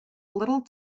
little